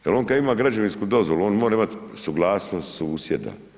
Jel on kad ima građevinsku dozvolu on mora imati suglasnost susjeda.